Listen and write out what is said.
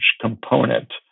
component